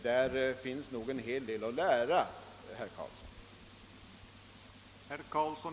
Där finns nog en hel del att lära, herr Carlsson.